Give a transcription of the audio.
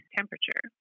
temperature